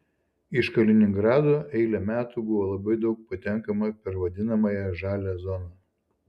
iš kaliningrado eilę metų buvo labai daug patenkama per vadinamąją žalią zoną